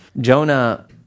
Jonah